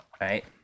right